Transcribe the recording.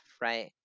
right